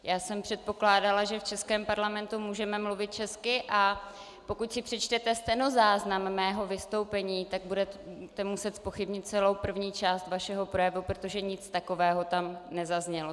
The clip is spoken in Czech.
Já jsem předpokládala, že v českém parlamentu můžeme mluvit česky, a pokud si přečtete stenozáznam mého vystoupení, tak budete muset zpochybnit celou první část vašeho projevu, protože nic takového tam nezaznělo.